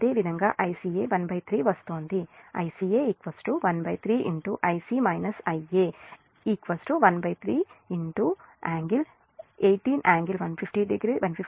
అదేవిధంగా Ica 13 వస్తోంది Ica 13 Ic -Ia 13 ∟18 18∟1540 15∟ 600